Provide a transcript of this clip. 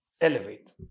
elevate